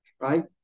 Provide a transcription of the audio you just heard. right